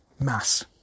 mass